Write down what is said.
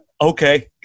okay